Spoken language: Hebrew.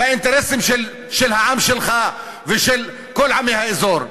באינטרסים של העם שלך ושל כל עמי האזור.